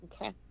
Okay